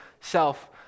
Self